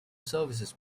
services